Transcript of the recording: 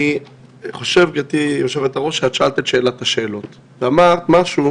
אני חושב שאת שאלת את שאלת השאלות, אמרת משהו